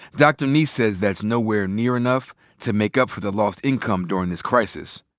dr. niess says that's nowhere near enough to make up for the lost income durin' this crisis.